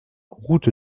route